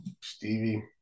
Stevie